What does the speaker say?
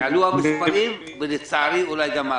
יעלו המספרים ולצערי אולי גם האחוזים.